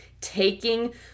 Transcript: taking